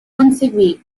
conseguì